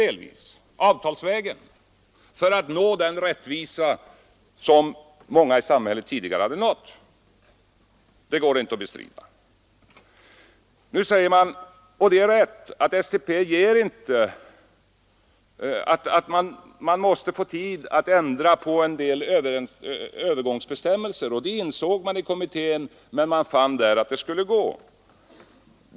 På annat sätt kunde de inte uppnå något som många i samhället tidigare hade nått. Det går inte att bestrida. Nu anförs — och det är riktigt — att man måste få tid att ändra en del övergångsbestämmelser; det insåg man i kommittén, men man fann där att det skulle gå.